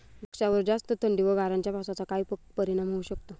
द्राक्षावर जास्त थंडी व गारांच्या पावसाचा काय परिणाम होऊ शकतो?